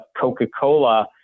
Coca-Cola